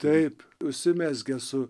taip užsimezgė su